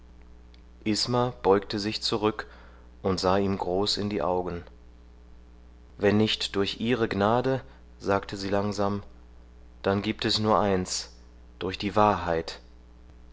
isma beugte sich zurück und sah ihm groß in die augen wenn nicht durch ihre gnade sagte sie langsam dann gibt es nur eins durch die wahrheit